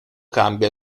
cambia